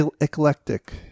eclectic